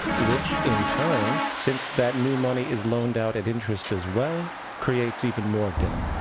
which in turn, since that new money is loaned out at interest as well, creates even more debt!